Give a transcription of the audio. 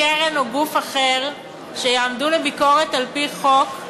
קרן או גוף אחר, שיעמדו לביקורת על-פי חוק,